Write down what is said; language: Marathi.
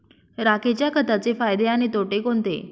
राखेच्या खताचे फायदे आणि तोटे कोणते?